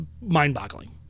mind-boggling